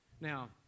Now